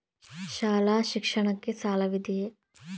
ಶಾಲಾ ಶಿಕ್ಷಣಕ್ಕೆ ಸಾಲವಿದೆಯೇ?